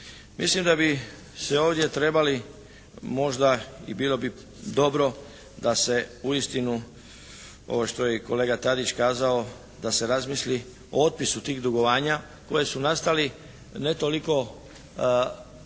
Mislim da bi se ovdje trebali možda i bilo bi dobro da se uistinu ovo što je i kolega Tadić kazao, da se razmisli o otpisu tih dugovanja koji su nastali ne toliko krivnjom